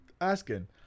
asking